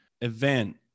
Event